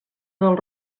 del